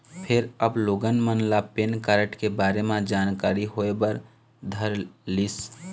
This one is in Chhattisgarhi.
फेर अब लोगन मन ल पेन कारड के बारे म जानकारी होय बर धरलिस